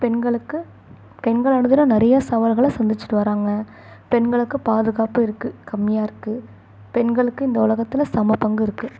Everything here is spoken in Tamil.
பெண்களுக்கு பெண்கள் அனுதினம் நிறையா சவால்களை சந்திச்சிட்டு வராங்கள் பெண்களுக்கு பாதுகாப்பு இருக்குது கம்மியாக இருக்குது பெண்களுக்கு இந்த உலகத்தில் சம பங்கு இருக்குது